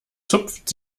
zupft